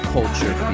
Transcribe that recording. Culture